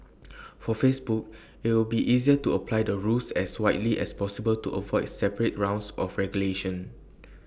for Facebook IT will be easier to apply the rules as widely as possible to avoid separate rounds of regulation